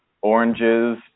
Oranges